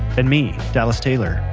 and me, dallas taylor.